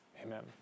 Amen